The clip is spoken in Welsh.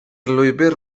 lwybr